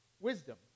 wisdom